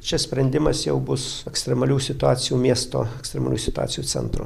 šis sprendimas jau bus ekstremalių situacijų miesto ekstremalių situacijų centro